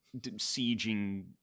sieging